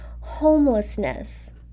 homelessness